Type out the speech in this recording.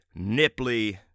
nipply